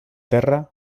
terra